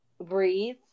breathe